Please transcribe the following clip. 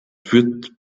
führt